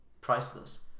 Priceless